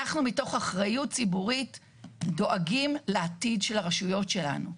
אנחנו מתוך אחריות ציבורית דואגים לעתיד של הרשויות שלנו.